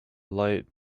light